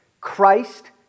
Christ